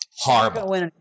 Horrible